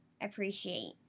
appreciate